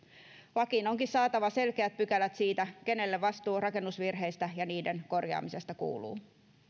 lakiin onkin saatava selkeät pykälät siitä kenelle vastuu rakennusvirheistä ja niiden korjaamisesta kuuluu